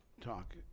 talk